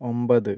ഒമ്പത്